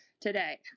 today